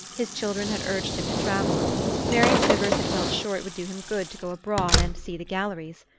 his children had urged him to travel mary chivers had felt sure it would do him good to go abroad and see the galleries.